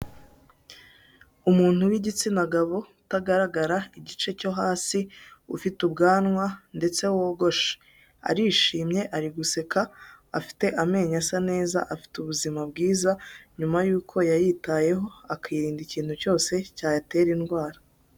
Umuntu w'igitsina gabo utagaragara igice cyo hasi, ufite ubwanwa ndetse wogosha, arishimye ari guseka, afite amenyo asa neza, afite ubuzima bwiza, nyuma yuko yayitayeho akirinda ikintu cyose cyayatera indwara.